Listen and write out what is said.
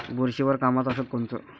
बुरशीवर कामाचं औषध कोनचं?